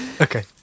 okay